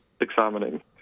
examining